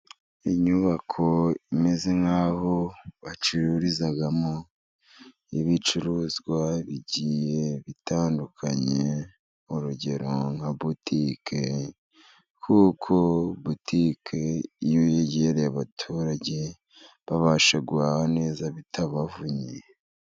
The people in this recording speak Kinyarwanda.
Inyubako imeze nk'aho bacururizamo ibicuruzwa bigiye bitandukanye, urugero nka butike kuko butike iyo yegereye abaturage babasha guhaha neza bitabavunnye.